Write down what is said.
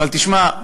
אבל תשמע,